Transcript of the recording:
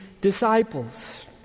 disciples